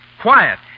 Quiet